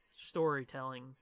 storytelling